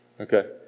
Okay